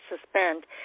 suspend